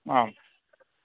आम्